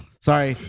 Sorry